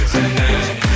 Tonight